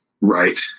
Right